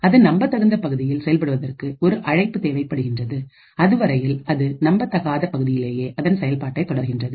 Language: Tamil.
அதுநம்பத்தகுந்த பகுதியில் செயல்படுவதற்கு ஒரு அழைப்பு தேவைப்படுகின்றது அதுவரையில் அது நம்பத்தகாத பகுதியிலேயே அதன் செயல்பாட்டை தொடர்கின்றது